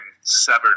severed